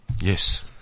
Yes